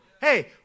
Hey